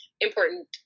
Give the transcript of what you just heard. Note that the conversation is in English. important